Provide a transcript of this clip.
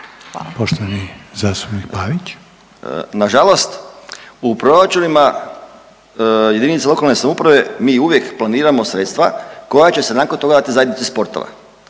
(Nezavisni)** Nažalost, u proračunima jedinica lokalne samouprave mi uvijek planiramo sredstva koja će se nakon toga dati zajednici sportova.